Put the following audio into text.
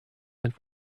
and